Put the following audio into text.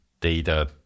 Data